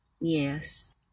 Yes